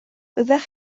fyddech